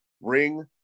ring